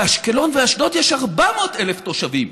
באשקלון ואשדוד יש 400,000 תושבים,